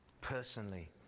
personally